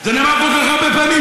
זה נאמר כל כך הרבה פעמים.